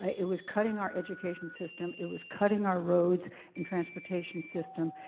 it was cutting our education system, it was cutting our roads and transportation system,